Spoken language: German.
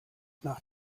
nach